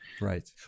Right